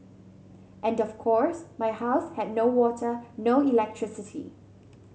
and of course my house had no water no electricity